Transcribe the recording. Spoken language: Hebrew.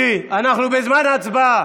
אנחנו בזמן הצבעה.